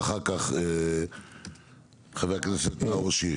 ואחר כך חבר הכנסת נאור שירי.